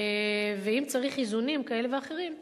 ואם צריך איזונים כאלה ואחרים,